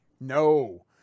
No